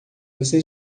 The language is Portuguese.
você